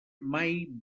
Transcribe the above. mai